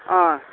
ꯑꯥ